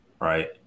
right